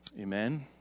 amen